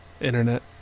Internet